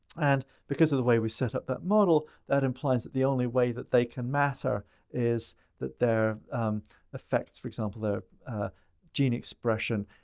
and because of the way we set up that model, that implies that the only way that they can matter is that their effects, for example their gene expression,